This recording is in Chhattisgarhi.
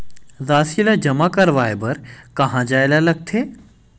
राशि ला जमा करवाय बर कहां जाए ला लगथे